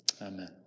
Amen